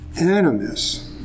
animus